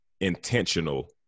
intentional